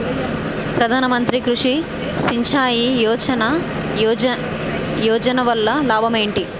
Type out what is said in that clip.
ప్రధాన మంత్రి కృషి సించాయి యోజన వల్ల లాభం ఏంటి?